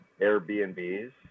Airbnbs